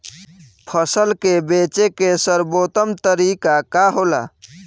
फसल के बेचे के सर्वोत्तम तरीका का होला?